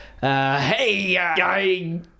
hey